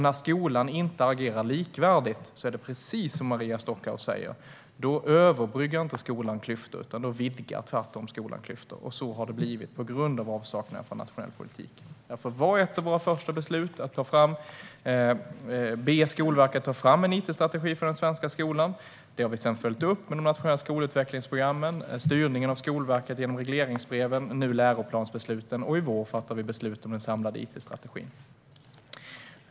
När skolan inte agerar likvärdigt överbryggar den inte klyftor utan vidgar dem i stället, precis som Maria Stockhaus säger. Så har det också blivit på grund av avsaknaden av en nationell politik. Därför var ett av våra första beslut att be Skolverket att ta fram en it-strategi för den svenska skolan. Detta har vi sedan följt upp med de nationella skolutvecklingsprogrammen, styrningen av Skolverket genom regleringsbreven och nu läroplansbesluten. I vår fattar vi beslut om den samlade it-strategin.